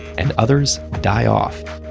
and others die off.